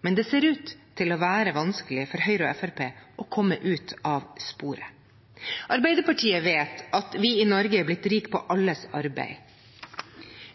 men det ser ut til å være vanskelig for Høyre og Fremskrittspartiet å komme ut av sporet. Arbeiderpartiet vet at vi i Norge er blitt rike på alles arbeid.